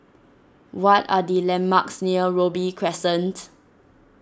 what are the landmarks near Robey Crescent